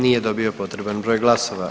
Nije dobio potreban broj glasova.